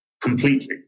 completely